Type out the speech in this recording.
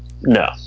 no